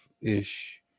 ish